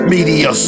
Media